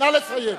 נא לסיים.